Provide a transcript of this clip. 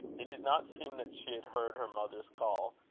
it did not seem that she had heard her mother's call,